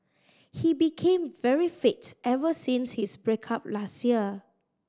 he became very fit ever since his break up last year